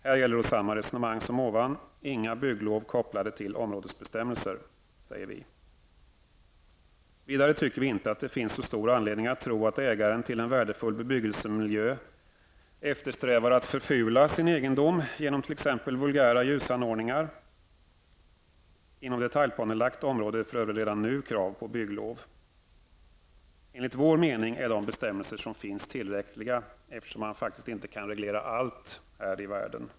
Här gäller återigen samma resonemang anser vi -- inga bygglov kopplade till områdesbestämmelser. Vidare tycker vi inte att det finns så stor anledning att tro att ägaren till en värdefull bebyggelsemiljö eftersträvar att förfula sin egendom genom t.ex. vulgära ljusanordningar. Inom detaljplanelagt område är det redan nu krav på bygglov. Enligt vår mening är de bestämmelser som finns tillräckliga, eftersom man inte kan reglera allt.